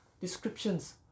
descriptions